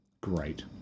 Great